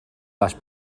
las